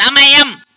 సమయం